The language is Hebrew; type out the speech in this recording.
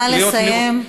נא לסיים.